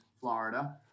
Florida